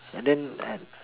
and then uh